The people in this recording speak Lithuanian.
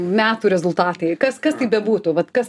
metų rezultatai kas kas tai bebūtų vat kas